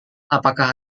apakah